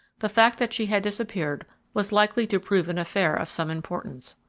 the fact that she had disappeared was likely to prove an affair of some importance.